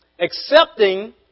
accepting